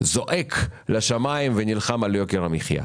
זועק לשמיים ונלחם על יוקר המחיה.